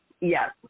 yes